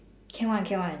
can [one] can [one]